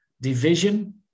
division